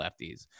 lefties